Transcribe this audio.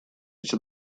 эти